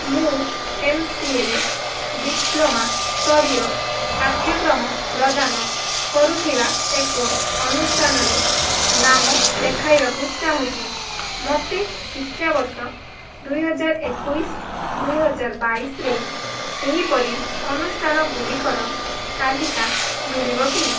ମୁଁ ଏମ୍ସିଏରେ ଡ଼ିପ୍ଲୋମା ସ୍ତରୀୟ ପାଠ୍ୟକ୍ରମ ପ୍ରଦାନ କରୁଥିବା ଏକ ଅନୁଷ୍ଠାନରେ ନାମ ଲେଖାଇବାକୁ ଚାହୁଁଛି ମୋତେ ଶିକ୍ଷାବର୍ଷ ଦୁଇହାଜରେ ଏକୋଉଶି ଦୁଇହାଜର ବାଇଶିରେ ଏହିପରି ଅନୁଷ୍ଠାନଗୁଡ଼ିକର ତାଲିକା ମିଳିବ କି